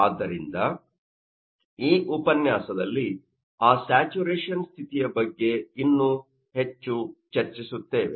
ಆದ್ದರಿಂದ ಈ ಉಪನ್ಯಾಸದಲ್ಲಿ ಆ ಸ್ಯಾಚುರೇಶನ್Saturation ಸ್ಥಿತಿಯ ಬಗ್ಗೆ ಇನ್ನೂ ಹೆಚ್ಚು ಚರ್ಚಿಸುತ್ತೇವೆ